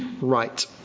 right